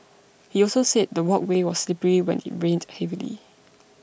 he also said the walkway was slippery when it rained heavily